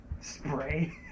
spray